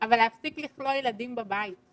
אבל להפסיק לכלוא ילדים בבית,